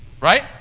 Right